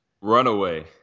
Runaway